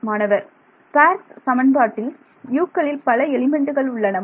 மாணவர் ஸ்பேர்ஸ் சமன்பாட்டில் U க்களில் பல எலிமெண்ட்டுகள் உள்ளனவா